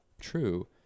true